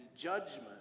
judgment